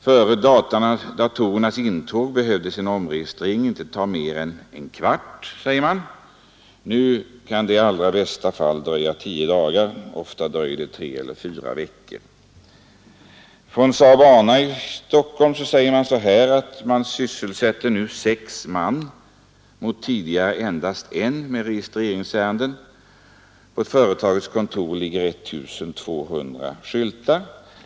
Före datorernas intåg behövde en omregistrering inte ta mer än en kvart, säger man, medan den nu i bästa fall tar tio dagar och ofta tre eller fyra veckor. På Saab-Ana i Stockholm sysselsätts nu sex man mot tidigare endast en med registreringsärenden, säger man. På företagets kontor ligger 1 200 skyltar.